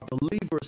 believers